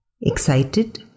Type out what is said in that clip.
Excited